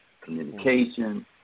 communication